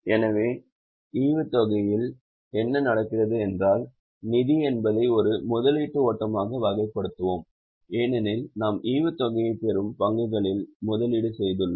எனவே ஈவுத்தொகையில் என்ன நடக்கிறது என்றால் நிதி என்பதை ஒரு முதலீட்டு ஓட்டமாக வகைப்படுத்துவோம் ஏனெனில் நாம் ஈவுத்தொகையைப் பெறும் பங்குகளில் முதலீடு செய்துள்ளோம்